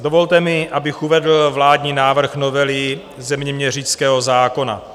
Dovolte mi, abych uvedl vládní návrh novely zeměměřického zákona.